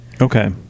Okay